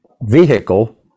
vehicle